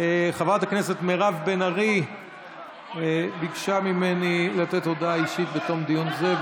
חברת הכנסת מירב בן ארי ביקשה ממני לתת הודעה אישית בתום דיון זה,